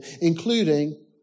including